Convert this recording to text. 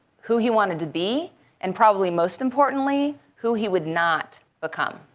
who he wanted to be and probably most importantly, who he would not become.